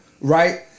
right